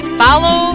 follow